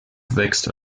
wächst